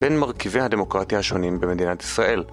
בין מרכיבי הדמוקרטיה השונים במדינת ישראל.